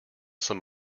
some